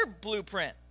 blueprint